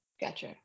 gotcha